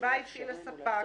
שבה הפעיל הספק